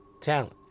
talent